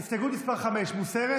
האם הסתייגות מס' 5 מוסרת?